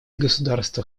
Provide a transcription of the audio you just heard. государства